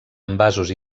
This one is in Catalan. envasos